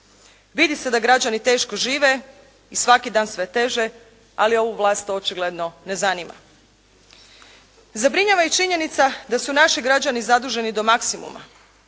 Vidi se da građani teško žive i svaki dan sve teže, ali ovu Vlast to očigledno ne zanima. Zabrinjava i činjenica da su naši građani zaduženi do maksimuma.